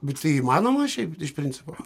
bet tai įmanoma šiaip iš principo